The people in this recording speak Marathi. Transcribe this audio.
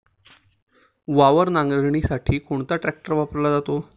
वावर नांगरणीसाठी कोणता ट्रॅक्टर वापरला जातो?